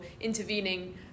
intervening